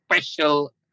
special